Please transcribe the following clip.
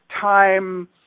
time